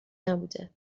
نبوده